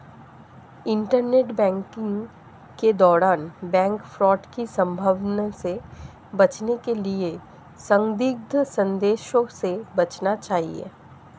internet banking के दौरान bank fraud की संभावना से बचने के लिए संदिग्ध संदेशों से बचना चाहिए